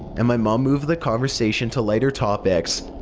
and my mom moved the conversation to lighter topics,